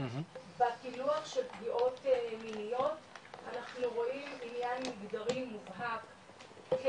בפילוח של פגיעות מיניות אנחנו רואים עניין מגדרי מובהק,